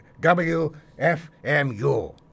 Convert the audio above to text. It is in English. WFMU